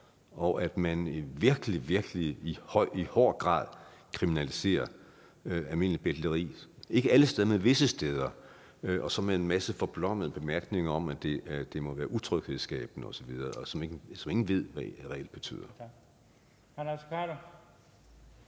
virkelig i hård grad kriminaliserer almindeligt betleri – ikke alle steder, men visse steder. Og det er så med en masse forblommede bemærkninger om, at det må være utryghedsskabende osv., som ingen ved hvad reelt betyder.